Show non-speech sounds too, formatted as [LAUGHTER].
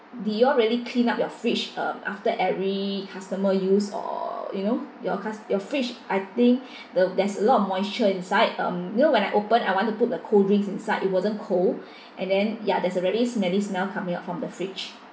did you all really clean up your fridge um after every customer used or you know your cust~ your fridge I think [BREATH] the there's a lot of moisture inside um you know when I open I want to put a cold drink inside it wasn't cold [BREATH] and then ya there's a very smelly smell coming out from the fridge